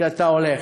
כשאתה הולך.